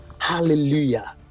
hallelujah